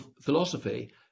philosophy